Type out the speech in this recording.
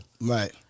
Right